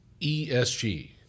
eSG